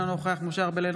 אינו נוכח משה ארבל,